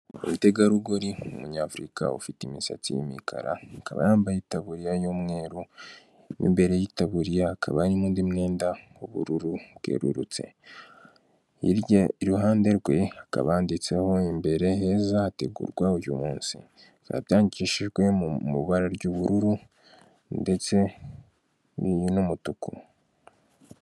Akabutike gahagarariye emutiyeni Rwanda gacuruza amayinite amakarita amasimukadi gashobora no kugufasha kuri serivisi z'indi wawukenera kuri emutiyeni mobayire mani iyi nikiyoswe ushobora gusangamo serivisi za emutiyeni muga mobayire mani.